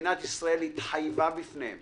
מדינת ישראל התחייבה בפניהם